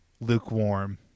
lukewarm